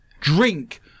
drink